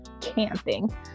camping